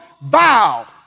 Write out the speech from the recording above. vow